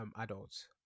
adults